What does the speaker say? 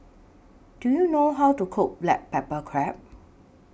Do YOU know How to Cook Black Pepper Crab